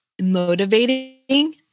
motivating